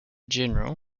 general